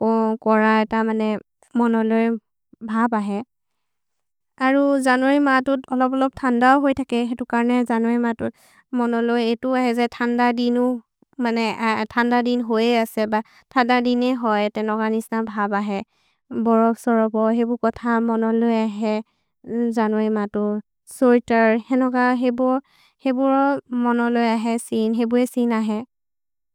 को कोर, एत मने मनलो ए भब् अहे। अरु जनुअरि मतु अलबलब् थन्द होय् तके, एतो कर्ने जनुअरि मतु मनलो ए, एतो अहे जे थन्द दिनु, मने थन्द दिन् होये असे ब, थन्द दिने होये, तेनग निस्न भब् अहे। भोर सरगो, हेबु कोथ मनलो ए अहे, जनुअरि मतु, सोइतर्, हेनोक हेबु, हेबु रो मनलो ए अहे, सिन्, हेबु ए सिन् अहे।